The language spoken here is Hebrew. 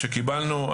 שקיבלנו,